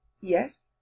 Yes